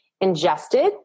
ingested